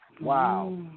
Wow